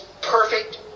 perfect